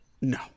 No